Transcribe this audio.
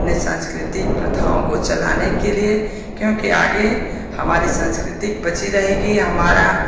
अपने सांस्कृति प्रथाओं को चलाने के लिए क्योंकि आगे हमारी संस्कृति बची रहेगी हमारा